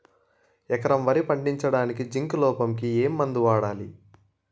ఎకరం వరి పండించటానికి జింక్ లోపంకి ఏ మందు వాడాలి?